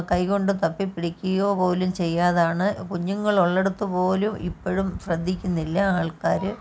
കൈ കൊണ്ടു തപ്പി പിടിക്കുകയോ പോലും ചെയ്യാതാണ് കുഞ്ഞുങ്ങളുള്ളിടത്തു പോലും ഇപ്പോഴും ശ്രദ്ധിക്കുന്നില്ല ആൾക്കാർ